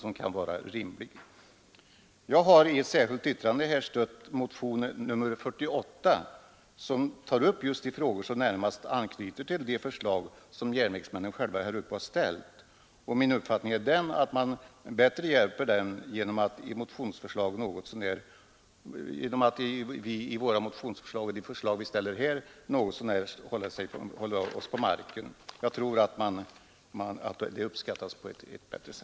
I ett särskilt yttrande till utskottets betänkande har jag stött motionen 48, som tar upp de frågor som närmast anknyter till järnvägsmännens egna förslag. Min uppfattning i övrigt är att vi hjälper dem bäst genom att i våra motionsförslag och i de övriga förslag som här ställs hålla oss något så när på marken. Det tror jag uppskattas mycket mera.